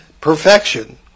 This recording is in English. perfection